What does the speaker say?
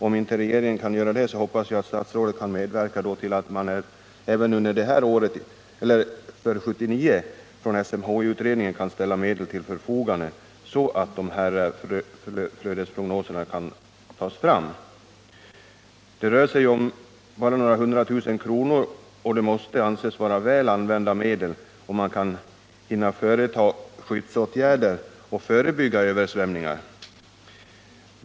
Om regeringen inte kan göra det hoppas jag att statsrådet kan medverka till att man även under 1979 för SMHI-utredningen kan ställa medel till förfogande så att dessa flödesprognoser kan tas fram. Det rör sig bara om några hundra tusen kronor, och det måste anses vara väl använda medel om man kan hinna vidta skyddsåtgärder och förebygga översvämningar.